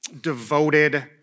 devoted